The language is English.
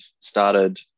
started